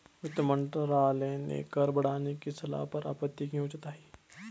वित्त मंत्रालय ने कर बढ़ाने की सलाह पर आपत्ति क्यों जताई?